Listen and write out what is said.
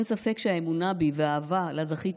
אין ספק שהאמונה בי והאהבה שלה זכיתי